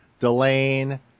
Delane